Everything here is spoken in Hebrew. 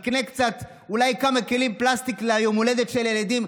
אולי נקנה כמה כלי פלסטיק ליום ההולדת של הילדים?